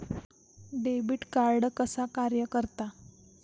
Debit card कसा कार्य करता?